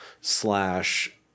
slash